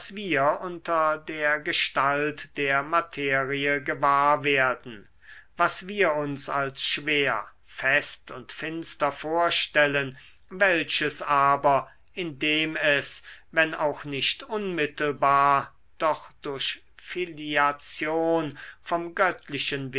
wir unter der gestalt der materie gewahr werden was wir uns als schwer fest und finster vorstellen welches aber indem es wenn auch nicht unmittelbar doch durch filiation vom göttlichen